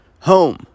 home